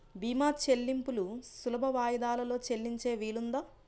భీమా చెల్లింపులు సులభ వాయిదాలలో చెల్లించే వీలుందా?